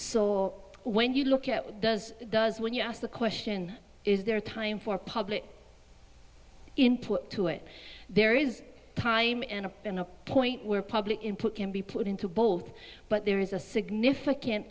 so when you look at what does it does when you ask the question is there a time for public input to it there is time and a point where public input can be put into both but there is a significant